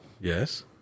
Yes